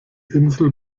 insel